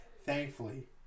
Thankfully